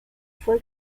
fue